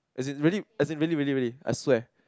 as in really as in really really really I swear